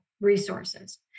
resources